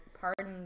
pardon